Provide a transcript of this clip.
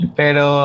pero